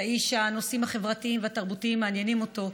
אתה איש שהנושאים החברתיים והתרבותיים מעניינים אותו,